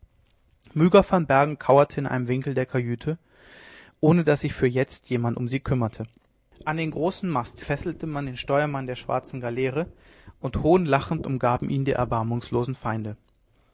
van bergen kauerte in einem winkel der kajüte ohne daß sich für jetzt jemand um sie kümmerte an den großen mast fesselte man den steuermann der schwarzen galeere und hohnlachend umgaben ihn die erbarmungslosen feinde